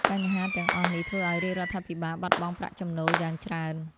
បញ្ហាទាំងអស់នេះធ្វើឲ្យរាជរដ្ឋាភិបាលបាត់បង់ប្រាក់ចំណូលយ៉ាងច្រើន។